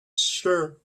sure